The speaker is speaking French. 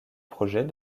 projet